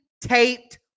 taped